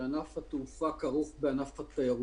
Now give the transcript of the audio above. שענף התעופה כרוך בענף התיירות.